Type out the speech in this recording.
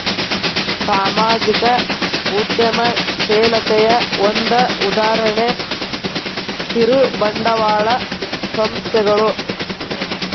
ಸಾಮಾಜಿಕ ಉದ್ಯಮಶೇಲತೆಯ ಒಂದ ಉದಾಹರಣೆ ಕಿರುಬಂಡವಾಳ ಸಂಸ್ಥೆಗಳು